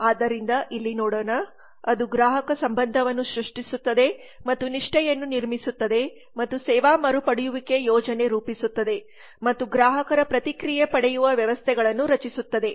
ಆದ್ದರಿಂದ ಇಲ್ಲಿ ನೋಡೋಣ ಅದು ಗ್ರಾಹಕ ಸಂಬಂಧವನ್ನು ಸೃಷ್ಟಿಸುತ್ತದೆ ಮತ್ತು ನಿಷ್ಠೆಯನ್ನು ನಿರ್ಮಿಸುತ್ತದೆ ಮತ್ತು ಸೇವಾ ಮರುಪಡೆಯುವಿಕೆಗೆ ಯೋಜನೆ ರೂಪಿಸುತ್ತದೆ ಮತ್ತು ಗ್ರಾಹಕರ ಪ್ರತಿಕ್ರಿಯೆ ಪಡೆಯುವ ವ್ಯವಸ್ಥೆಗಳನ್ನು ರಚಿಸುತ್ತದೆ